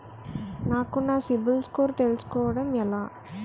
నాకు నా CIBIL score తెలుసుకోవడం ఎలా?